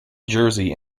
jersey